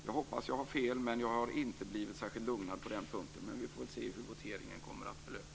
Jag hoppas att jag har fel, men jag har inte blivit särskilt mycket lugnare på den punkten. Vi får väl se hur voteringen kommer att avlöpa.